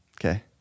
okay